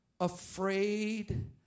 afraid